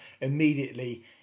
immediately